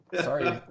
Sorry